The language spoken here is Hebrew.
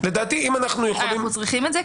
אנחנו צריכים את זה?